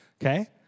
okay